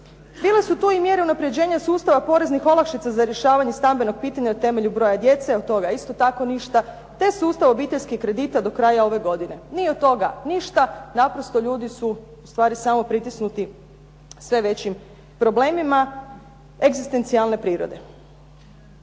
Bile su tu mjere unaprjeđenja sustava poreznih olakšica za rješavanje stambenog pitanja na temelju broja djece, od toga isto tako ništa, te sustav obiteljskih kredita do kraja ove godine. Ni od toga ništa, naprosto ljudi su u stvari samo pritisnuti sve većim problemima egzistencijalne prirode.